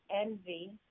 envy